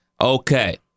okay